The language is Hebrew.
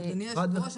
אדוני היושב-ראש,